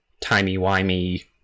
timey-wimey